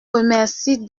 remercie